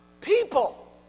people